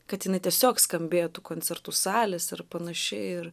kad jinai tiesiog skambėtų koncertų salės ir panašiai ir